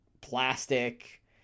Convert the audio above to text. plastic